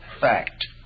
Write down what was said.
fact